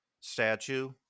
statue